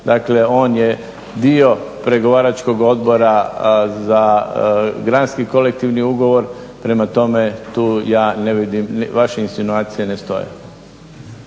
dakle on je dio pregovaračkog odbora za granski kolektivni ugovor. Prema tome, tu ja ne vidim, vaše insinuacije ne stoje.